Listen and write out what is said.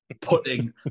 putting